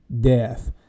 death